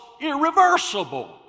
irreversible